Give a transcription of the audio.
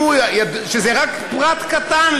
וזה רק פרט קטן,